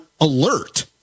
alert